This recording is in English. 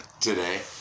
today